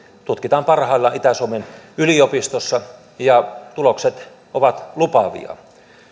tutkitaan parhaillaan itä suomen yliopistossa ja tulokset ovat lupaavia